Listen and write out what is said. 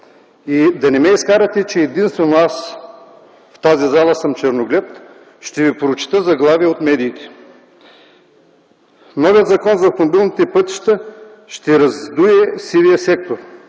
за да не ме изкарате, че единствено аз, в тази зала съм черноглед, ще ви прочета заглавия от медиите: „Новият Закон за автомобилните пътища ще раздуе сивия сектор”,